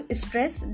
stress